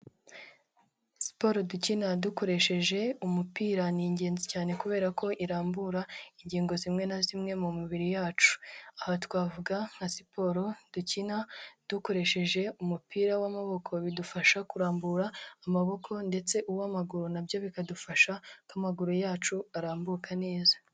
Siporo dukina dukoresheje umupira, ni ingenzi cyane kubera ko irambura ingingo zimwe na zimwe mu mibiri yacu. Aha twavuga nka siporo dukina dukoresheje umupira w'amaboko, bidufasha kurambura amaboko ndetse uw'amaguru na byo bikadufasha ko amaguru yacu arambuka neza.